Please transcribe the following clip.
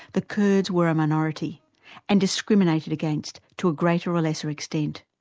the kurds were a minority and discriminated against to a greater or lesser extent.